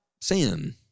sin